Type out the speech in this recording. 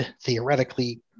theoretically